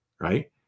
Right